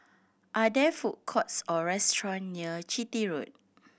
are there food courts or restaurants near Chitty Road